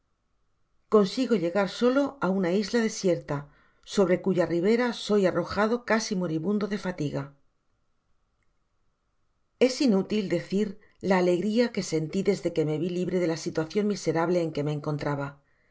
consigo llegar solo á una isla desierta sobre cuya ribera soy arrojado casi moribundo de fatiga es inútil decir la alegria que senti desde que me vi libre de la situacion'miserable en que me encontraba